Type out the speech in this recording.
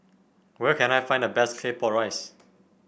where can I find the best Claypot Rice